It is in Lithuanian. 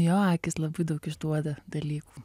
jo akys labai daug išduoda dalykų